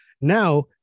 Now